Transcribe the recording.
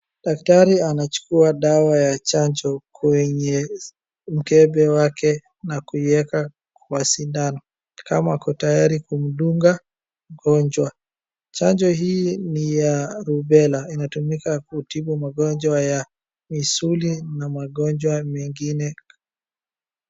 Daktari anachukua dawa ya chanjo kwenye mkebe wake na kuieka kwa sindano. Ni kama ako tayari kumdunga mgonjwa. Chanjo hii ni ya rubela, inatumika kutibu magonjwa ya misuli na magonjwa mengine.